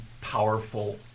powerful